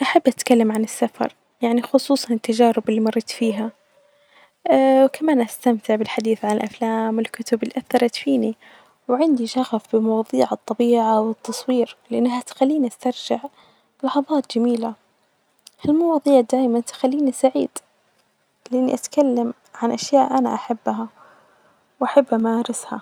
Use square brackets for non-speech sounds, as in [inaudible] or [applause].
أحب أتكلم عن السفر خصوصا التجارب اللي مريت فيها، كمان أستمتع بالحديث عن الأفلام [noise] والكتب اللي أثرت فيني، وعندي شغف بمواظيع الطبيعة والتصوير لأنها تخليني أسترجع لحظات جميلة ،ها المواضيع دايما تخليني سعيد لإني أتكلم عن أشياء أنا أحبها وأحب أمارسها.